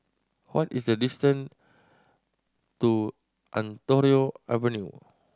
what is the distance to Ontario Avenue